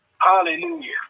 Hallelujah